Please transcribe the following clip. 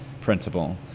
principle